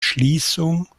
schließung